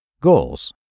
Goals